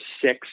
six